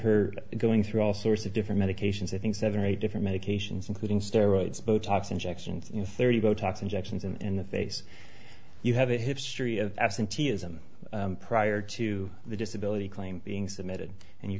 her going through all sorts of different medications i think seven or eight different medications including steroids botox injections in thirty botox injections in the face you have a history of absenteeism prior to the disability claim being submitted and you